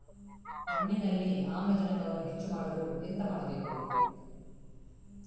ಮಣ್ಣಿನಲ್ಲಿ ಆಮ್ಲಜನಕವನ್ನು ಹೆಚ್ಚು ಮಾಡಲು ಎಂತ ಮಾಡಬೇಕು?